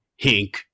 hink